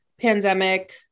pandemic